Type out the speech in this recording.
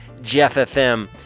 JEFFFM